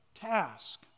task